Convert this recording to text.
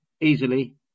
easily